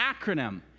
acronym